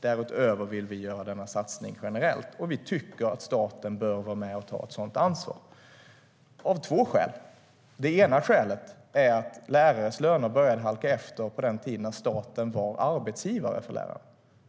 Därutöver vill vi göra denna satsning generellt, och vi tycker att staten bör vara med och ta ett sådant ansvar. Det tycker vi av två skäl. Det ena skälet är att lärarnas löner började halka efter på den tiden när staten var arbetsgivare för lärarna.